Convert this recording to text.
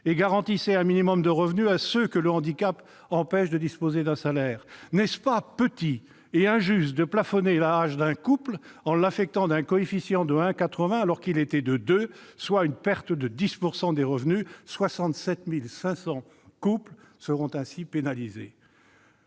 et garantissait un minimum de revenus à ceux que le handicap empêche de disposer d'un salaire ? N'est-ce pas petit et injuste de plafonner l'AAH d'un couple en l'affectant d'un coefficient de 1,81, alors qu'il était de 2, soit une perte de 10 % des revenus ? Cette mesure pénalisera